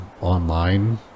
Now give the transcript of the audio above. Online